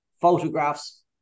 Photographs